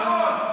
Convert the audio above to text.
אבל זה לא נכון.